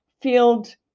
field